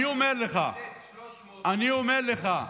יקצץ 300, אני אומר לך,